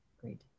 Great